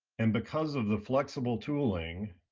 and because of the flexible tooling,